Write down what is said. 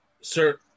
Sir